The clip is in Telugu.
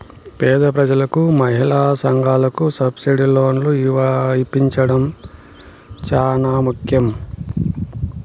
పేద ప్రజలకు మహిళా సంఘాలకు సబ్సిడీ లోన్లు ఇప్పించడం చానా ముఖ్యం